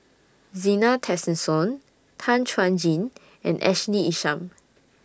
Zena Tessensohn Tan Chuan Jin and Ashley Isham